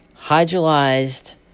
hydrolyzed